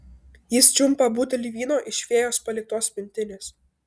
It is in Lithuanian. jis čiumpa butelį vyno iš fėjos paliktos pintinės